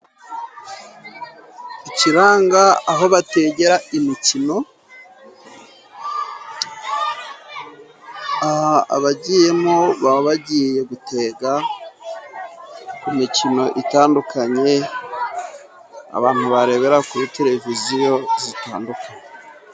Ikiranga aho bategera imikino, abagiyemo baba bagiye gutega ku mikino itandukanye, abantu barebera kuri tereviziyo zitandukanye.